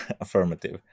affirmative